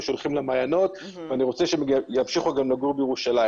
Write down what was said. שהולכים למעיינות ואני רוצה שהם ימשיכו לגור בירושלים.